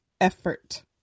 effort